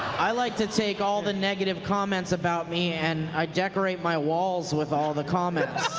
i like to take all the negative comments about me and i decorate my walls with all the comments.